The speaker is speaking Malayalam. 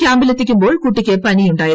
കൃാമ്പിലെത്തിക്കുമ്പോൾ കുട്ടിക്ക് പനി ഉ ായിരുന്നു